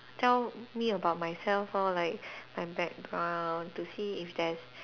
tell me about myself lor like my background to see if there's